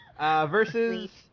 versus